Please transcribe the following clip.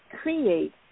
create